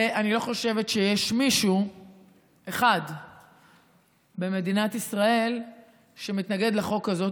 אני לא חושבת שיש מישהו אחד במדינת ישראל שמתנגד לחוק הזה,